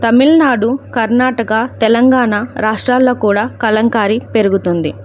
తమిళనాడు కర్ణాటక తెలంగాణ రాష్ట్రాల్లో కూడా కలంకారీ పెరుగుతుంది